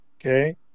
Okay